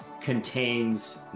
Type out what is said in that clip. contains